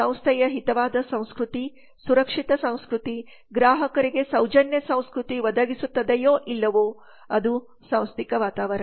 ಸಂಸ್ಥೆಯು ಹಿತವಾದ ಸಂಸ್ಕೃತಿ ಸುರಕ್ಷಿತ ಸಂಸ್ಕೃತಿ ಗ್ರಾಹಕರಿಗೆ ಸೌಜನ್ಯ ಸಂಸ್ಕೃತಿ ಒದಗಿಸುತ್ತದೆಯೋ ಇಲ್ಲವೋ ಅದು ಸಾಂಸ್ಥಿಕ ವಾತಾವರಣ